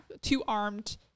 two-armed